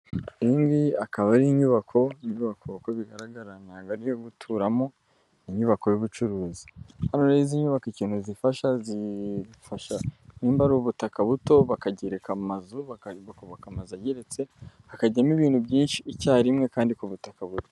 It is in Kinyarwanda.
Iyi ngiyi akaba ari inyubako, inyubako uko bigaragara ntago ari iyo guturamo, ni inyubako y'ubucuruzi, hano rero izi nyubako ikintu zifasha, zifasha nimba ari ubutaka buto bakagereka amazu, bakubaka amazu ageretse, hakajyamo ibintu byinshi icyarimwe kandi ku butaka buto.